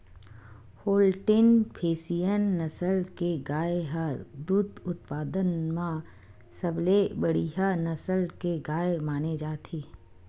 Holstein Friesian नसल के गाय ह दूद उत्पादन म सबले बड़िहा नसल के गाय माने जाथे